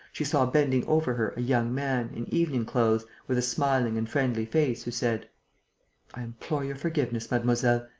she saw bending over her a young man, in evening-clothes, with a smiling and friendly face, who said i implore your forgiveness, mademoiselle.